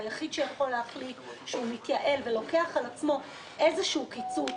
שהיחיד שיכול להחליט שהוא מתייעל ולוקח על עצמו איזשהו קיצוץ,